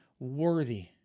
worthy